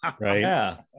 right